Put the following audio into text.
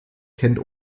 kennt